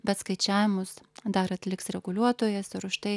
bet skaičiavimus dar atliks reguliuotojas ir už tai